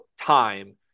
time